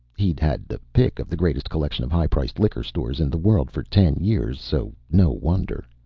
he'd had the pick of the greatest collection of high-priced liquor stores in the world for ten years, so no wonder.